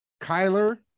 Kyler